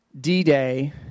D-Day